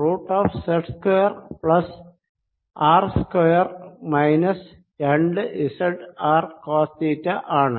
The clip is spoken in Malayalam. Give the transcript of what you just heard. root of z square plus R square minus രണ്ട് z R കോസ് തീറ്റ ആണ്